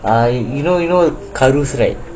I you know you know carlos right